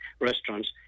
restaurants